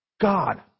God